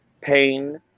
Pain